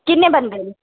कि'न्ने बंदे न